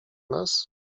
nas